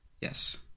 Yes